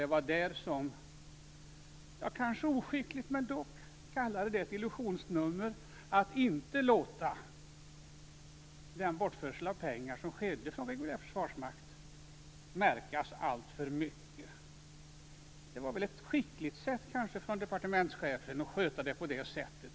Det var därför som jag, kanske oskickligt, men dock, kallade det ett illusionsnummer att inte låta den bortförsel av pengar som skedde från vår reguljära försvarsmakt märkas alltför mycket. Det var kanske skickligt av departementschefen att sköta det på det sättet.